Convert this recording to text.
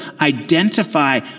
identify